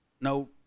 no